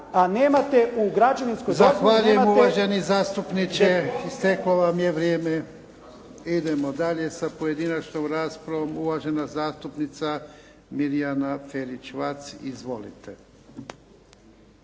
nemate … **Jarnjak, Ivan (HDZ)** Zahvaljujem uvaženi zastupniče, isteklo vam je vrijeme. Idemo dalje sa pojedinačnom raspravom, uvažena zastupnica Mirjana Ferić-Vac. Izvolite.